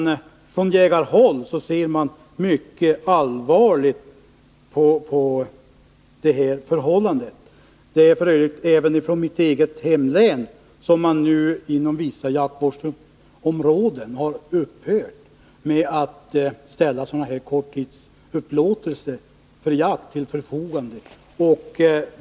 Från jägarhåll ser man mycket allvarligt på förhållandena. Det är f. ö. även inom mitt eget hemlän som man nu inom vissa jaktvårdsområden upphört med korttidsupplåtelser för jakt.